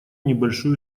небольшую